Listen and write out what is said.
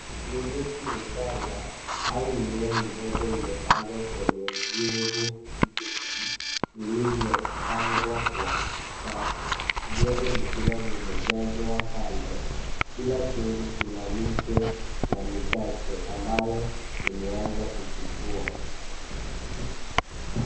Ni miti michanga au mimea midogo imepandwa kwenye vyungu vilivyopangwa kwa safu, vyote vikiwa vimejazwa kando. Kila chungu kina miche na michache ambayo imeanza kuchipua.